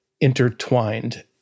intertwined